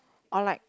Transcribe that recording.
or like